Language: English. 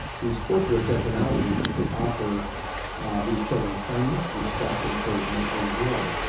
these portraits as an outreach to offer these children kindness, respect, encouragement, enjoy.